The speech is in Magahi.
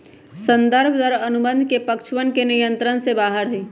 संदर्भ दर अनुबंध के पक्षवन के नियंत्रण से बाहर हई